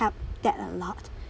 help that a lot